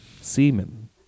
semen